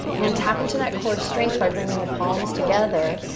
then tap into that core strength by bringing the palms together.